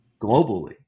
globally